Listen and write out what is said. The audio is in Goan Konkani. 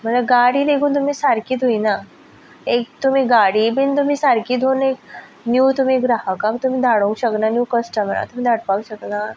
म्हणल्यार गाडी लेगून तुमी सारकी धुंयना एक तुमी गाडी बी सारकी धुंन नीव तुमी ग्राहकाक धाडूं शकना कश्टमराक तुमी धाडपाक शकना